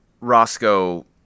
Roscoe